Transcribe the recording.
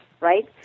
right